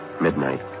Midnight